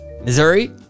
Missouri